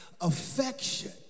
affection